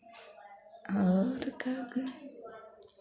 और क्या कहें